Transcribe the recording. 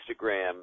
Instagram